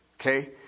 Okay